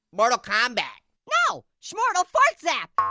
mortal kombat. no, smortal fortzap.